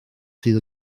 sydd